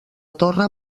torre